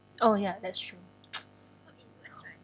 oh ya that's true